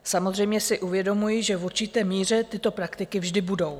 Samozřejmě si uvědomuji, že v určité míře tyto praktiky vždy budou.